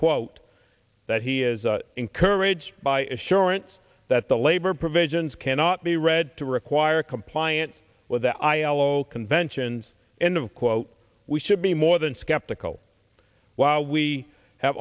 quote that he is encouraged by assurance that the labor provisions cannot be read to require compliance with the aiello conventions end of quote we should be more than skeptical while we have